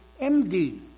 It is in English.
MD